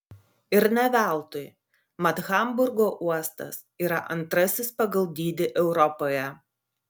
ir ne veltui mat hamburgo uostas yra antrasis pagal dydį europoje